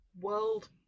world